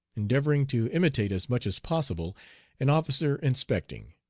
endeavoring to imitate as much as possible an officer inspecting.